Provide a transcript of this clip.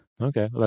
Okay